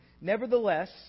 Nevertheless